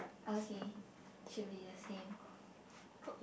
okay should be the same